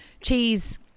cheese